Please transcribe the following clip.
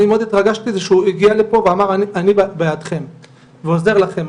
אני מאוד התרגשתי זה שהוא הגיע לפה ואמר אני בעדכם ועוזר לכם.